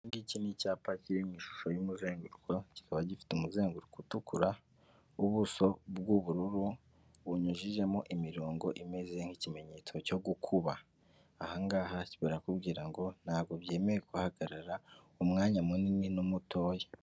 Iki ngiki ni icyapa kiri mu ishusho y'umuzenguruko kikaba gifite umuzenguruko utukura wubuso bwuubururu bunyujijemo imirongo imeze nk'ikimenyetso cyo gukuba, aha ngaha barakubwira ngo ntabwo byemeweye kuhahagarara umwanya munini n'umutoya.